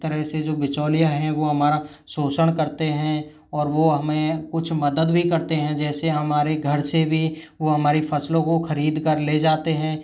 तरह से जो बिचौलिया हैं वो हमारा शोषण करते हैं और वो हमें कुछ मदद भी करते हैं जैसे हमारे घर से भी वो हमारी फ़सलों को ख़रीदकर ले जाते हैं